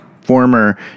former